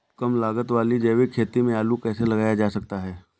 कम लागत वाली जैविक खेती में आलू कैसे लगाया जा सकता है?